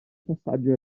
passaggio